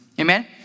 Amen